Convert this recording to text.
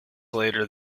later